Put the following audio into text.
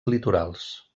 litorals